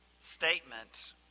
statement